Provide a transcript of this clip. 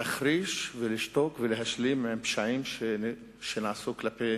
להחריש, לשתוק ולהשלים עם פשעים שנעשו כלפי